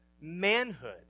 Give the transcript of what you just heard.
manhood